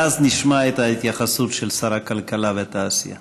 ואז נשמע את ההתייחסות של שר הכלכלה והתעשייה.